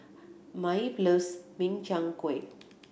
Maeve loves Min Chiang Kueh